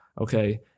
Okay